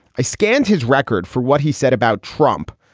i scanned his record for what he said about trump,